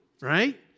right